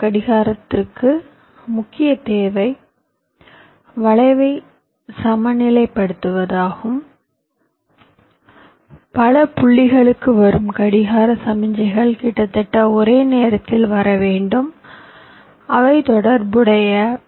கடிகாரத்திற்கு முக்கிய தேவை வளைவை சமநிலைப்படுத்துவதாகும் பல புள்ளிகளுக்கு வரும் கடிகார சமிக்ஞைகள் கிட்டத்தட்ட ஒரே நேரத்தில் வர வேண்டும் அவை தொடர்புடையவை